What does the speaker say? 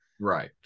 right